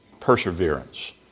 perseverance